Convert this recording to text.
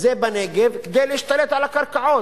זה בנגב, כדי להשתלט על הקרקעות.